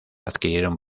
adquirieron